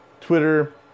Twitter